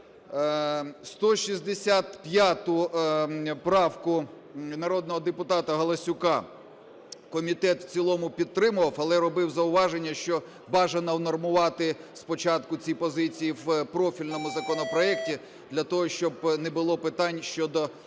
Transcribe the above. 165 правку народного депутата Галасюка комітет в цілому підтримував, але робив зауваження, що бажано унормувати спочатку ці позиції в профільному законопроекті. Для того, щоб не було питань щодо